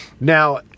now